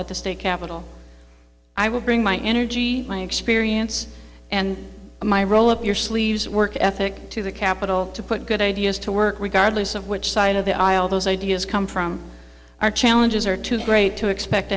at the state capitol i will bring my energy my experience and my roll up your sleeves work ethic to the capital to put good ideas to work regardless of which side of the aisle those ideas come from our challenges are too great to expect